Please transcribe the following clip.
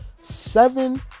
Seven